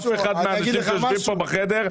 אף אחד מהאנשים שיושבים כאן בחדר,